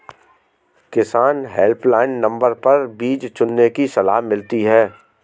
किसान helpline number पर बीज चुनने की सलाह मिलती है